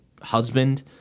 husband